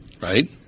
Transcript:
right